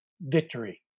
Victory